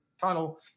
tunnel